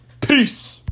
Peace